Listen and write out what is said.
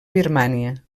birmània